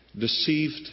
deceived